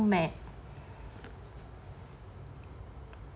mac